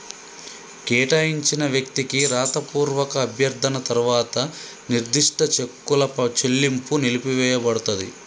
కేటాయించిన వ్యక్తికి రాతపూర్వక అభ్యర్థన తర్వాత నిర్దిష్ట చెక్కుల చెల్లింపు నిలిపివేయపడతది